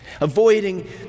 avoiding